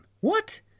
What